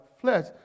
flesh